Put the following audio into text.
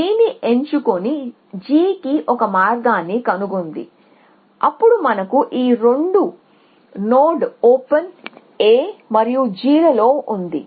B ని ఎంచుకొని G కి ఒక మార్గాన్ని కనుగొంది అప్పుడు మనకు ఈ రెండు నోడ్ ఓపెన్ A మరియు G లలో ఉంది